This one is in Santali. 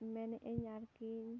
ᱢᱮᱱᱮᱜ ᱟᱹᱧ ᱟᱨᱠᱤ